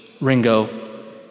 Ringo